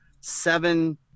seven